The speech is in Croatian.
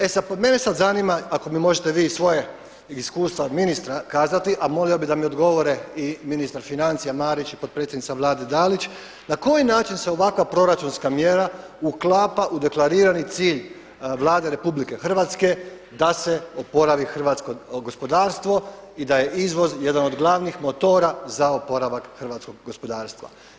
E sad, mene zanima, ako mi možete vi svoja iskustva ministra kazati, a molio bih da mi odgovore i ministar financija Marić i potpredsjednica Vlade Dalić, na koji način se ovakva proračunska mjera uklapa u deklarirani cilj Vlade Republike Hrvatske da se oporavi hrvatsko gospodarstvo i da je izvoz jedan od glavnih motora za oporavak hrvatskog gospodarstva.